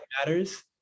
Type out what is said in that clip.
matters